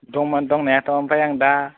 दंमोन दंनायाथ' ओमफ्राय आं दा